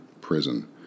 prison